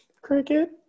Cricket